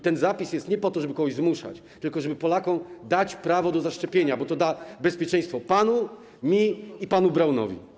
Ten zapis nie jest po to, żeby kogoś zmuszać, tylko żeby Polakom dać prawo do zaszczepienia, bo to da bezpieczeństwo panu, mi i panu Braunowi.